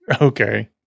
Okay